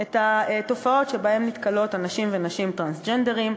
את התופעות שבהן נתקלים אנשים ונשים טרנסג'נדרים: